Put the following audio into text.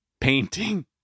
painting